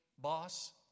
Boss